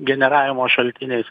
generavimo šaltiniais